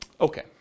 Okay